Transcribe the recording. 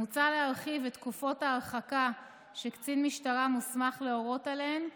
מוצע להרחיב את תקופות ההרחקה שקצין משטרה מוסמך להורות עליהן,